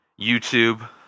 YouTube